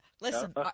Listen